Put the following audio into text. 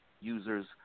user's